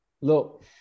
Look